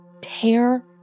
tear